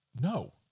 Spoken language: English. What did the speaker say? No